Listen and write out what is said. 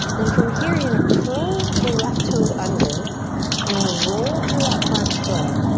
then from here, you're gonna curl the left toes under you're gonna roll through that front foot.